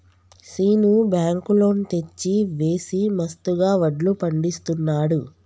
Seenu bank loan తెచ్చి వేసి మస్తుగా వడ్లు పండిస్తున్నాడు